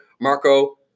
Marco